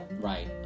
Right